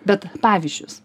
bet pavyzdžius